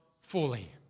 fully